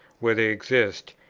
where they exist,